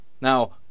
Now